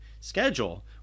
schedule